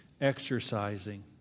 exercising